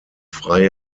freie